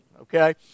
okay